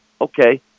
Okay